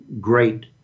great